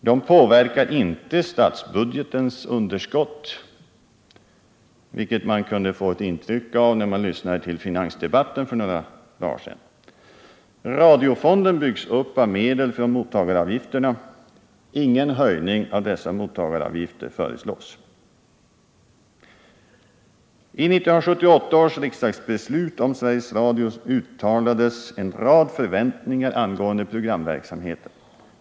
De påverkar inte statsbudgetens underskott — vilket man kunde få ett intryck av när man lyssnade till finansdebatten för några dagar sedan. Radiofonden byggs upp av medel från mottagaravgifterna. Ingen höjning av dessa mottagaravgifter föreslås. 11978 års riksdagsbeslut om Sveriges Radio uttalades en rad förväntningar angående programverksamheten.